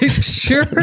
Sure